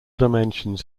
dimensions